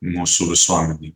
mūsų visuomenėj